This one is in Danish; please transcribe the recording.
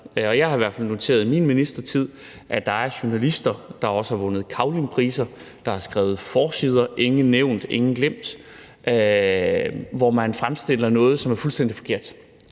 hvert fald noteret mig i min ministertid, at der er journalister, også som har vundet Cavlingpriser, der har skrevet forsider – ingen nævnt, ingen glemt – hvor man fremstiller noget, som er fuldstændig forkert,